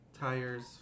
Tires